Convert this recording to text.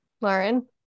Lauren